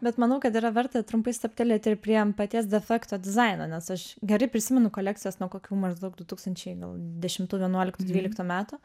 bet manau kad yra verta trumpai stabtelėti ir prie m paties defekto dizaino nes aš gerai prisimenu kolekcijas nuo kokių maždaug du tūkstančiai gal dešimtų vienuoliktų dvyliktų metų